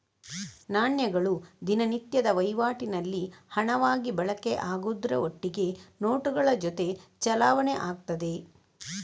ನಾಣ್ಯಗಳು ದಿನನಿತ್ಯದ ವೈವಾಟಿನಲ್ಲಿ ಹಣವಾಗಿ ಬಳಕೆ ಆಗುದ್ರ ಒಟ್ಟಿಗೆ ನೋಟುಗಳ ಜೊತೆ ಚಲಾವಣೆ ಆಗ್ತದೆ